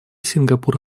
сингапур